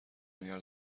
مگر